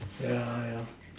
yeah yeah